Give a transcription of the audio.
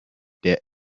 der